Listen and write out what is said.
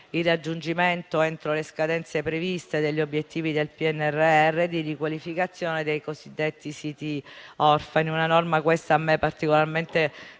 il raggiungimento entro le scadenze previste degli obiettivi del PNRR di riqualificazione dei cosiddetti siti orfani. Una norma, questa, a me particolarmente